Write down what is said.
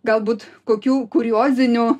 galbūt kokių kuriozinių